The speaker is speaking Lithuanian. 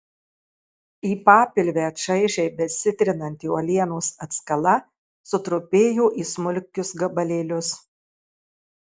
į papilvę čaižiai besitrinanti uolienos atskala sutrupėjo į smulkius gabalėlius